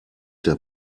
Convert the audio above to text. der